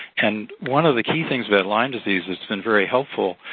and one of the key things about lyme disease that's been very helpful,